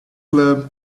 club